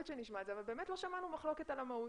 שנשמע את זה - שלא שמענו מחלוקת על המהות.